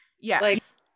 Yes